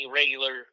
regular